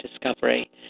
discovery